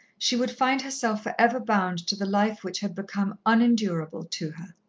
she would find herself for ever bound to the life which had become unendurable to her.